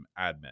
admin